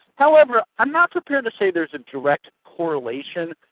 however i'm not prepared to say there's a direct correlation,